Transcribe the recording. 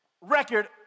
record